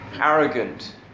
arrogant